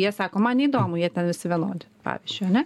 jie sako man neįdomu jie ten visi vienodi pavyzdžiui ane